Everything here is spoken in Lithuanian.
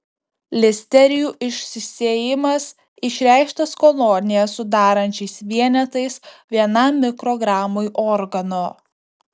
listerijų išsisėjimas išreikštas kolonijas sudarančiais vienetais vienam mikrogramui organo